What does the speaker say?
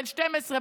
12,